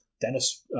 Dennis